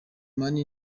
mane